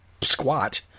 squat